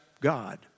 God